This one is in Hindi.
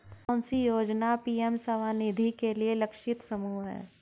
कौन सी योजना पी.एम स्वानिधि के लिए लक्षित समूह है?